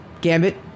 Gambit